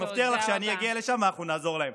אני מבטיח לך שכשאני אגיע לשם, אנחנו נעזור להם.